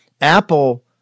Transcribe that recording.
Apple